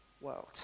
world